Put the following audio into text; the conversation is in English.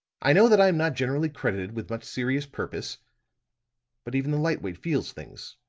i know that i'm not generally credited with much serious purpose but even the lightweight feels things